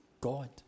God